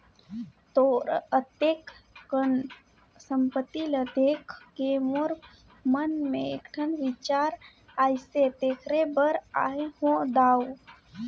तोर अतेक अकन संपत्ति ल देखके मोर मन मे एकठन बिचार आइसे तेखरे बर आये हो दाऊ